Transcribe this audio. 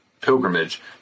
pilgrimage